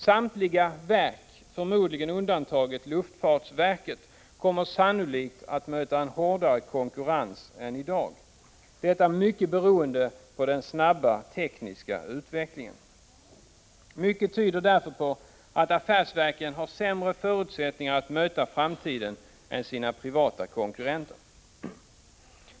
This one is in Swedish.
Samtliga verk, förmodligen med undantag för luftfartsverket, kommer sannolikt att möta en hårdare konkurrens än vad som är fallet i dag — detta mycket beroende på den snabba tekniska utvecklingen. Mycket tyder på att affärsverken har sämre förutsättningar att möta framtiden än sina privata konkurrenter.